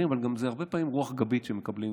אבל זה גם הרבה פעמים רוח גבית שמקבלים,